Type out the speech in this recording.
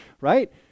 right